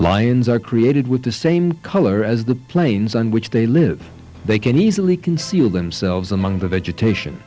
lions are created with the same color as the plains on which they live they can easily conceal themselves among the vegetation